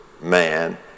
man